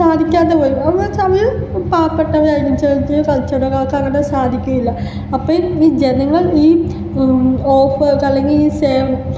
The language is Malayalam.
സാധിക്കാതെ വരുമ്പോൾ പാവപ്പെട്ടവരായിരിക്കും ചെറിയ ചെറിയ കച്ചവടക്കാർക്ക് അത് സാധിക്കുകയില്ല അപ്പം ഈ ജനങ്ങൾ ഈ ഓഫറുകൾ അല്ലെങ്കിൽ ഈ